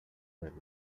del